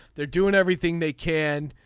they're doing everything they can.